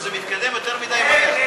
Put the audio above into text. אדוני היושב-ראש, זה מתקדם יותר מדי מהר.